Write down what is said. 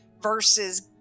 versus